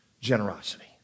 generosity